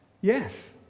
Yes